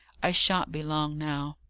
i shan't be long now.